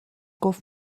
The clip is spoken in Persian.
گفت